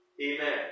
Amen